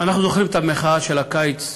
אנחנו זוכרים את המחאה של קיץ,